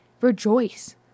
rejoice